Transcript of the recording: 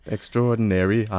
Extraordinary